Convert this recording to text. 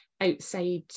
outside